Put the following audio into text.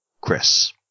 Chris